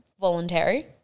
voluntary